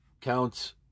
counts